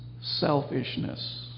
selfishness